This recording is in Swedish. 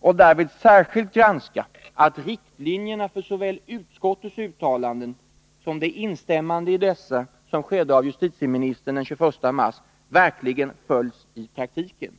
och därvid särskilt granska att riktlinjerna i såväl utskottets uttalanden som det instämmande i dessa, som skedde av justitieministern i kammaren den 21 mars, verkligen följs i praktiken.